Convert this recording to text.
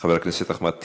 חבר הכנסת אחמד טיבי,